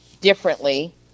differently